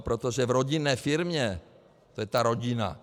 Protože v rodinné firmě to je ta rodina.